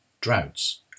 droughts